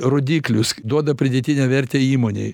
rodiklius duoda pridėtinę vertę įmonei